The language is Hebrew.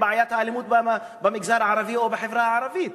בעיית האלימות במגזר הערבי או בחברה הערבית.